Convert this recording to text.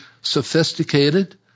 sophisticated